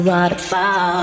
Waterfall